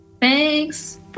Thanks